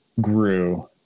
grew